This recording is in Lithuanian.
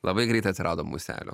labai greit atsirado muselių